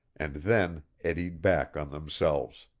and then eddied back on themselves.